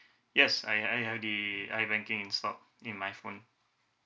yes I I have the I banking installed in my phone